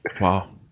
wow